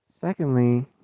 Secondly